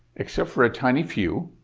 except for a tiny few,